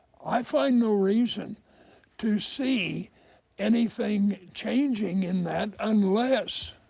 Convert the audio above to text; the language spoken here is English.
i find no reason to see anything changing in that unless